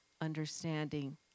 understanding